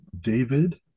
David